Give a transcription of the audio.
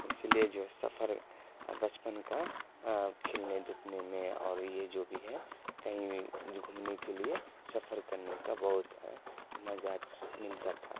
اسی لیے جو ہے سفر بچپن کا کھیلنے دکھنے میں اور یہ جو بھی ہے کہیں گھومنے کے لیے سفر کرنے کا بہت مزہ ملتا تھا